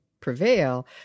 prevail